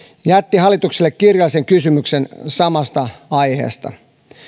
jätti hallitukselle kirjallisen kysymyksen samasta aiheesta